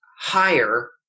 higher